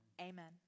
Amen